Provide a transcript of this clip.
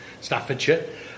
Staffordshire